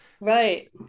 right